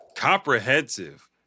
comprehensive